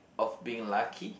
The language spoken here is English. of being lucky